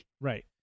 Right